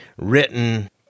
written